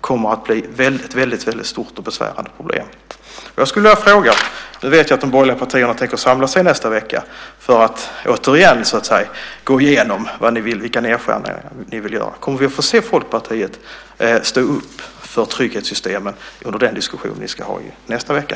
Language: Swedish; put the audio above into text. kommer att bli ett väldigt stort och besvärande problem. Jag skulle vilja ställa en fråga. Nu vet jag att de borgerliga partierna tänker samlas i nästa vecka för att återigen gå igenom vilka nedskärningar ni vill göra, kommer vi att få se Folkpartiet stå upp för trygghetssystemen under den diskussion ni ska ha i nästa vecka?